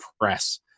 press